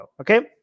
okay